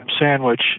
sandwich